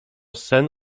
sen